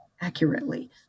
accurately